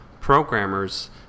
programmers